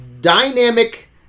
Dynamic